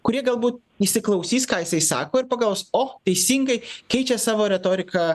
kurie galbū įsiklausys ką jisai sako ir pagaus o teisingai keičia savo retoriką